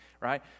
right